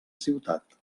ciutat